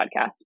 podcast